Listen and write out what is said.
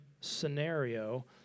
scenario